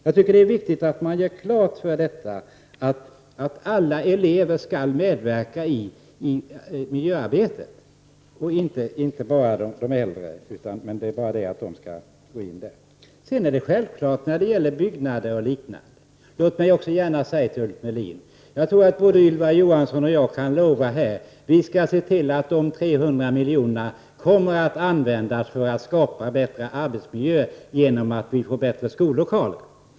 Jag tycker att det är viktigt att man gör klart att alla elever, och inte bara de äldre, skall medverka i miljöarbetet. Det är självklart också när det gäller byggnader och liknande. Låt mig säga till Ulf Melin: Jag tror att både Ylva Johansson och jag kan lova här att vi skall se till att dessa 300 miljoner kommer att användas för att skapa bättre arbetsmiljö genom att vi får bättre skollokaler.